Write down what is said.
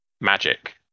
magic